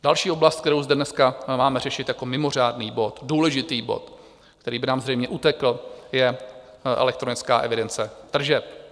Další oblast, kterou zde dneska máme řešit jako mimořádný, důležitý, bod, který by nám zřejmě utekl, je elektronická evidence tržeb.